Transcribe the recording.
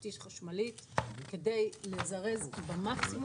כמי שהייתה חברת כנסת במשך שמונה שנים רצופות באופוזיציה